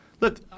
Look